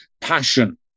passion